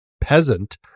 peasant